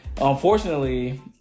Unfortunately